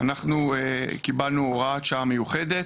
אנחנו קיבלנו הוראת שעה מיוחדת,